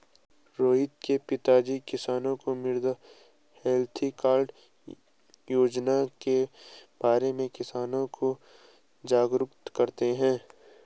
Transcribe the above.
रोहित के पिताजी किसानों को मृदा हैल्थ कार्ड योजना के बारे में किसानों को जागरूक करते हैं